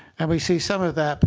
and we see some of that,